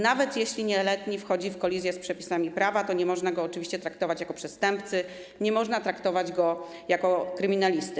Nawet jeśli nieletni wchodzi w kolizję z przepisami prawa, to nie można go oczywiście traktować jako przestępcy, nie można traktować go jako kryminalisty.